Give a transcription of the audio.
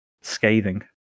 scathing